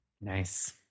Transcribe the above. Nice